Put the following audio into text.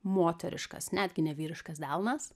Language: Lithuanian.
moteriškas netgi ne vyriškas delnas